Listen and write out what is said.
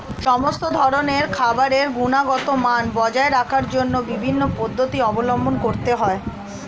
সমস্ত ধরনের খাবারের গুণগত মান বজায় রাখার জন্য বিভিন্ন পদ্ধতি অবলম্বন করতে হয়